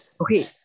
okay